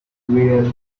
where